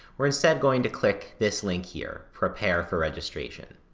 we're instead going to click this link here, prepare for registration.